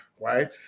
right